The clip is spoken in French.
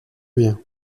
bien